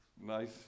nice